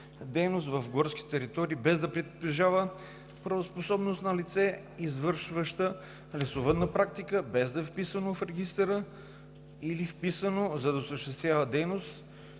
дейност в горските територии, без да притежава правоспособност; на лице, извършващо лесовъдска практика, без да е вписано в регистъра или е вписано, но осъществява дейност,